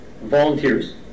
volunteers